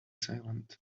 silent